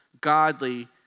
godly